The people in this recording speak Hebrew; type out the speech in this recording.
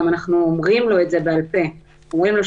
אנחנו גם אומרים לו את זה בעל-פה: למעט